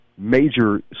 major